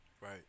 Right